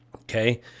Okay